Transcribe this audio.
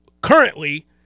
currently